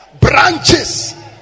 Branches